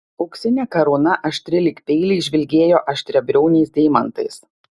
auksinė karūna aštri lyg peiliai žvilgėjo aštriabriauniais deimantais